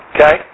Okay